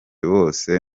bose